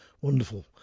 wonderful